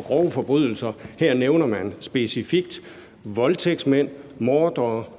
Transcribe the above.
grove forbrydelser forringes – her nævner man specifikt voldtægtsmænd, mordere,